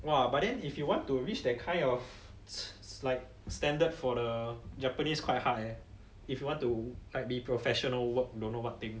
!wah! but then if you want to reach that kind of is like standard for the japanese quite high eh if you want to like be professional work don't know what thing